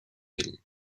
ell